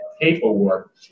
paperwork